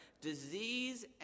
Disease